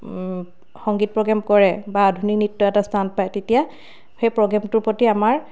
সংগীত প্ৰগ্ৰেম কৰে বা আধুনিক নৃত্য এটাই স্থান পায় তেতিয়া সেই প্ৰগ্ৰেমটোৰ প্ৰতি আমাৰ